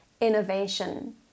innovation